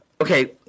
okay